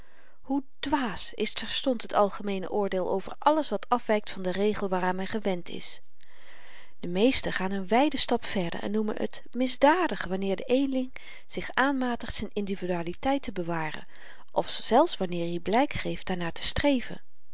hoe dwaas is terstond het algemeene oordeel over alles wat afwykt van den regel waaraan men gewend is de meesten gaan n wyden stap verder en noemen t misdadig wanneer de eenling zich aanmatigt z'n individualiteit te bewaren of zelfs wanneer i blyk geeft daarnaar te streven